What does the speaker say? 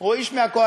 הוא איש מהקואליציה.